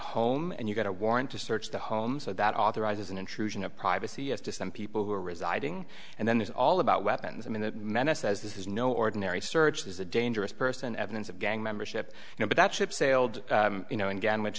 home and you get a warrant to search the home so that authorizes an intrusion of privacy as to some people who are residing and then this is all about weapons i mean the menace as this is no ordinary search is a dangerous person evidence of gang membership you know but that ship sailed you know again which